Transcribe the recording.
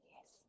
Yes